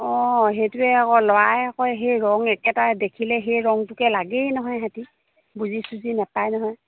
অঁ সেইটোৱে আকৌ ল'ৰাই আকৌ সেই ৰং একেটাই দেখিলে সেই ৰঙটোকে লাগেই নহয় সিহঁতে বুজি চুজি নাপায় নহয়